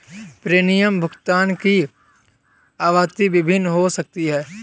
premium भुगतान की आवृत्ति भिन्न हो सकती है